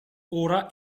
ora